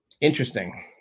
Interesting